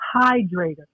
hydrator